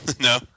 No